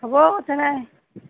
হ'ব তেনে